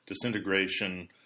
disintegration